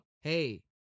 Hey